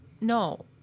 no